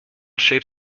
shaped